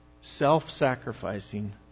self-sacrificing